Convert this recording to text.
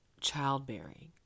childbearing